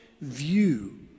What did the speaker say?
view